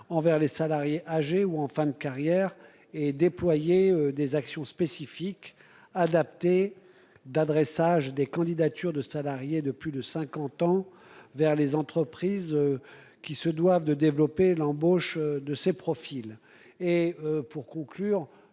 envers les salariés âgés ou en fin de carrière et déployer des actions spécifiques adaptées d'adressage des candidatures de salariés de plus de 50 ans vers les entreprises. Qui se doivent de développer l'embauche de ses profils et pour conclure,